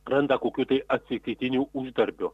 randa kokių atsitiktinių uždarbių